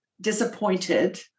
disappointed